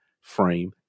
frame